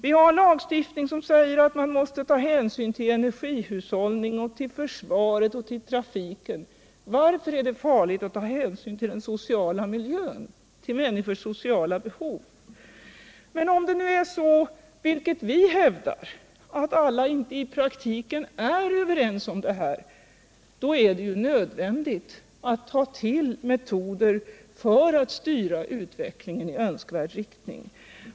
Vi sar en lagstiftning som säger att man måste ta hänsyn till energihushällningen, till försvaret och till trafiken. Varför är det då farligt att ta hänsyn till den sociala miljön, till människornas sociala behov? Om det å andra sidan är så — vilket vi hävdar — att alla i praktiken inte är överens, då blir det nödvändigt att ta till metoder för att styra utvecklingen i önskad riktning.